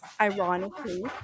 ironically